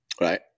Right